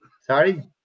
Sorry